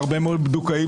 לצערי, זה המצב כרגע.